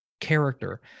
character